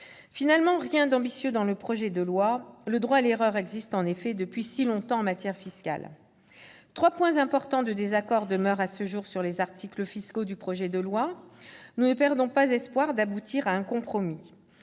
définitive, rien d'ambitieux dans ce projet de loi. Le droit à l'erreur existe en effet depuis bien longtemps en matière fiscale. Trois motifs importants de désaccord demeurent sur les articles fiscaux du projet de loi, mais nous ne perdons pas espoir d'aboutir à un compromis.